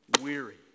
weary